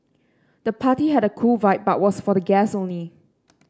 the party had a cool vibe but was for guests only